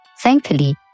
thankfully